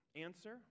Answer